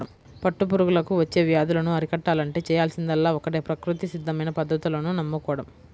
పట్టు పురుగులకు వచ్చే వ్యాధులను అరికట్టాలంటే చేయాల్సిందల్లా ఒక్కటే ప్రకృతి సిద్ధమైన పద్ధతులను నమ్ముకోడం